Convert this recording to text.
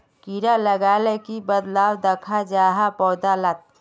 कीड़ा लगाले की बदलाव दखा जहा पौधा लात?